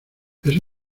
ese